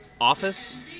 Office